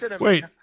wait